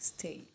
Stay